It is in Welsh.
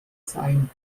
sain